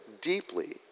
deeply